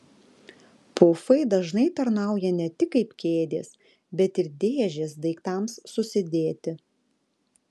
pufai dažnai tarnauja ne tik kaip kėdės bet ir dėžės daiktams susidėti